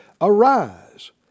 Arise